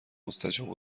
مستجاب